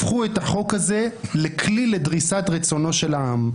הפכו את החוק הזה לכלי לדריסת רצונו של העם,